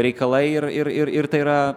reikalai ir ir ir ir tai yra